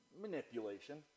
Manipulation